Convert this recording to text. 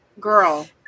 Girl